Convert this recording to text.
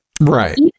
Right